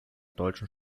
deutschen